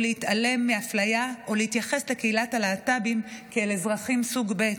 להתעלם מאפליה או להתייחס לקהילת הלהט"בים כאל אזרחים סוג ב'.